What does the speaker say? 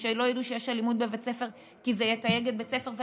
או שלא ידעו שיש אלימות בבית ספר כי זה יתייג את בית הספר.